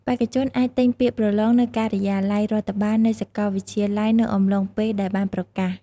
បេក្ខជនអាច ទិញពាក្យប្រឡងនៅការិយាល័យរដ្ឋបាល នៃសាកលវិទ្យាល័យនៅអំឡុងពេលដែលបានប្រកាស។